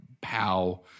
pow –